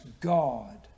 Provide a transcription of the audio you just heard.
God